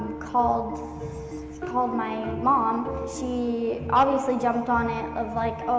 called called my mom. she obviously jumped on it of like, oh,